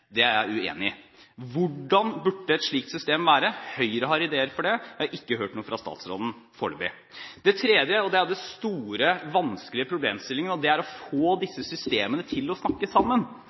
Det er jeg uenig i. Hvordan burde et slikt system være? Høyre har ideer her – jeg har ikke hørt noe fra statsråden foreløpig. Det tredje – den store og vanskelige problemstillingen – er å få systemene til å snakke sammen.